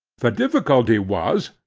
the difficulty was,